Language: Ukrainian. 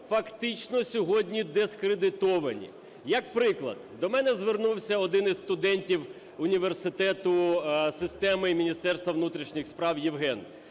фактично сьогодні дискредитовані. Як приклад, до мене звернувся один із студентів університету системи Міністерства внутрішніх справ Євген,